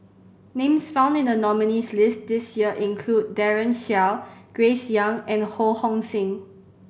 names found in the nominees' list this year include Daren Shiau Grace Young and Ho Hong Sing